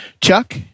Chuck